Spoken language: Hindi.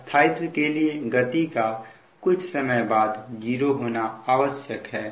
स्थायित्व के लिए गति का कुछ समय बाद 0 होना आवश्यक है